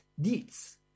deeds